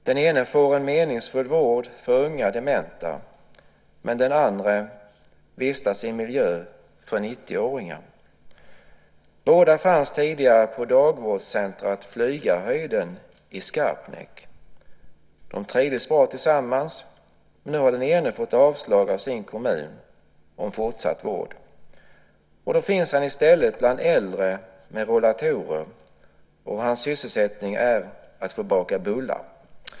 Den ene får en meningsfull vård för unga dementa. Men den andre vistas i en miljö för 90-åringar. Båda fanns tidigare på dagvårdscentrumet Flygarhöjden i Skarpnäck. De trivdes bra tillsammans. Nu har den ene fått avslag från sin kommun på ansökan om fortsatt vård. Han finns i stället bland äldre med rullatorer. Hans sysselsättning är att få baka bullar.